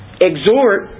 Exhort